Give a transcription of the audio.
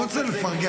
הוא רוצה לפרגן.